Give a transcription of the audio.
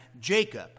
Jacob